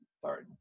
Sorry